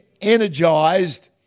energized